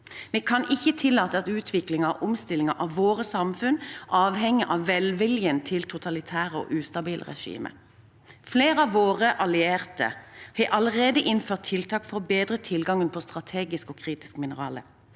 Vi kan ikke tillate at utviklingen og omstillingen av våre samfunn avhenger av velviljen til totalitære og ustabile regimer. Flere av våre allierte har allerede innført tiltak for å bedre tilgangen på strategiske og kritiske mineraler,